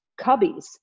cubbies